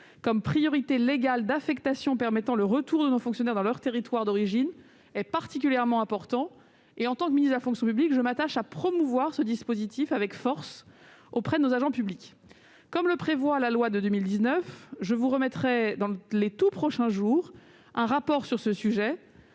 comme priorité légale d'affectation permettant le retour de nos fonctionnaires dans leur territoire d'origine, est particulièrement important. En tant que ministre de la fonction publique, je m'attache à promouvoir ce dispositif avec force auprès de nos agents publics. Comme le prévoit la loi de 2019, je vous remettrai, dans les tout prochains jours, un rapport sur ce sujet.